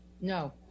No